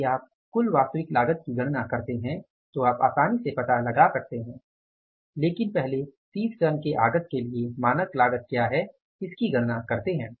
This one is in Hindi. यदि आप कुल वास्तविक लागत की गणना करते हैं तो आप आसानी से पता लगा सकते हैं लेकिन पहले 30 टन के आगत के लिए मानक लागत क्या है इसकी गणना करते हैं